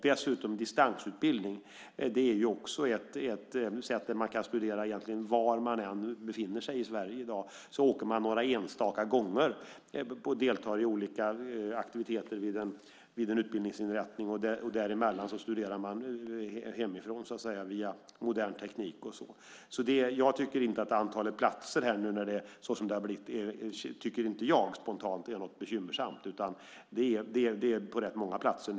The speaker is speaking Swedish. Dessutom är distansutbildning ett sätt att studera egentligen var man än befinner sig i Sverige. Några enstaka gånger åker man i väg för att delta i olika aktiviteter vid en utbildningsinrättning. Däremellan studerar man hemifrån via modern teknik och så. Spontant tycker jag inte att antalet platser är någonting som är bekymmersamt. Det handlar ju om rätt många platser nu.